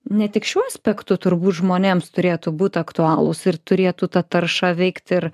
ne tik šiuo aspektu turbūt žmonėms turėtų būt aktualūs ir turėtų tą taršą veikti ir